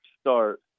start